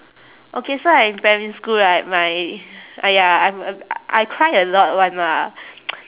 okay so like in primary school right my uh ya I'm I I cry a lot [one] lah